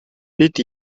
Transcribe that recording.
бид